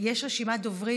יש רשימת דוברים.